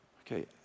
Okay